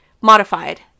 modified